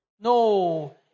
No